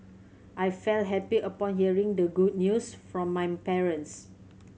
I felt happy upon hearing the good news from my parents